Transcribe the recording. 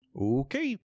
Okay